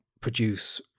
produce